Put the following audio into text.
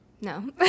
No